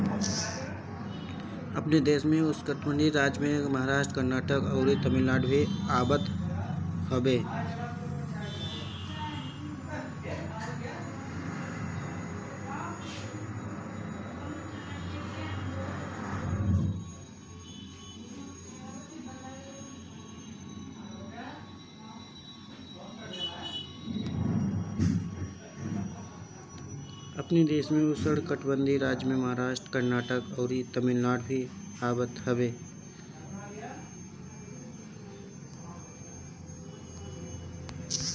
अपनी देश में उष्णकटिबंधीय राज्य में महाराष्ट्र, कर्नाटक, अउरी तमिलनाडु भी आवत हवे